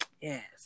Yes